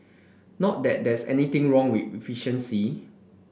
not that there's anything wrong with efficiency